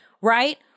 right